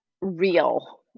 real